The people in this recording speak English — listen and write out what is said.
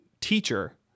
teacher